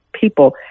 people